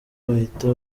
bahita